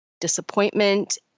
disappointment